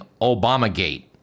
Obamagate